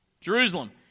Jerusalem